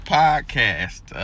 podcast